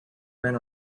ran